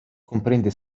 comprende